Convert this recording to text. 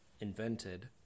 invented